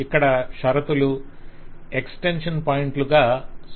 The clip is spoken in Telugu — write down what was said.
ఇక్కడ షరతులు ఎక్స్టెన్షన్ పాయింట్ల గా సూచించబడతాయి